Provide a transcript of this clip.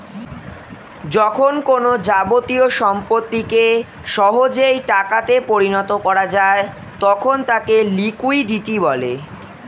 যখন কোনো যাবতীয় সম্পত্তিকে সহজেই টাকা তে পরিণত করা যায় তখন তাকে লিকুইডিটি বলে